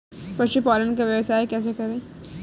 पशुपालन का व्यवसाय कैसे करें?